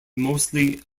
mostly